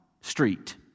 street